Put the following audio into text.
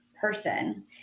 person